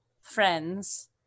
friends